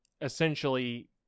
essentially